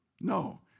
No